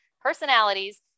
personalities